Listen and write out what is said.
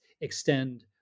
extend